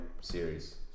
series